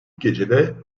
gecede